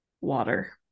water